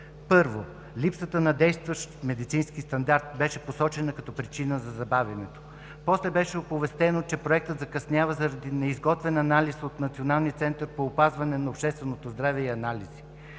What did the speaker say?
Първо, липсата на действащ медицински стандарт беше посочена като причина за забавянето, а после беше оповестено, че проектът закъснява заради неизготвен анализ от Националния център по опазване на общественото здраве и анализи.